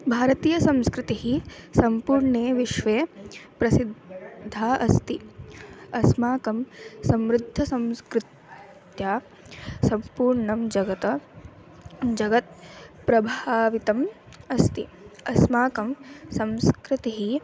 भारतीयसंस्कृतिः सम्पूर्णे विश्वे प्रसिद्धा अस्ति अस्माकं समृद्धसंस्कृत्या सम्पूर्णं जगत् जगत् प्रभावितम् अस्ति अस्माकं संस्कृतिः